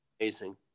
amazing